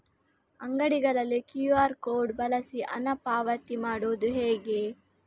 ಅಂಗಡಿಗಳಲ್ಲಿ QR code ಬಳಸಿ ಹಣ ಪಾವತಿ ಮಾಡೋದು ಹೇಗೆ?